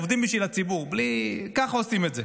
עובדים בשביל הציבור בלי, ככה עושים את זה.